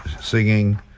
singing